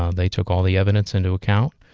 ah they took all the evidence into account.